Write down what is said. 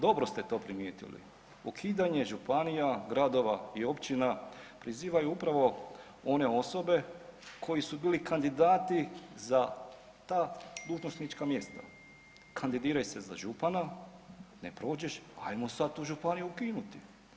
Dobro ste to primijetili, ukidanje županija, gradova i općina prizivaju upravo one osobe koji su bili kandidati za ta dužnosnička mjesta, kandidiraju se za župana, ne prođeš ajmo sada tu županiju ukinuti.